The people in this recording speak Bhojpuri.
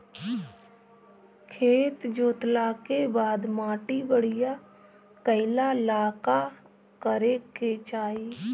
खेत जोतला के बाद माटी बढ़िया कइला ला का करे के चाही?